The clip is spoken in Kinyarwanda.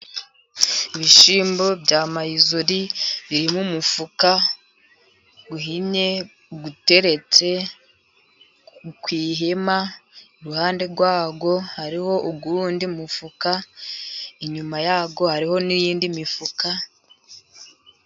Ibishyimbo bya Mayizori biri mu mufuka uhinnye ,uteretse ku ihema, iruhande rwawo hariho uwundi mufuka, inyuma yawo hariho n'iyindi mifuka.